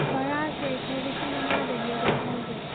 ꯚꯔꯥꯁꯦ ꯑꯩꯈꯣꯏ ꯂꯤꯁꯤꯡ ꯃꯉꯥꯗꯒꯤ ꯑꯗꯨꯝ ꯍꯧꯖꯩꯑꯦ